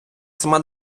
сама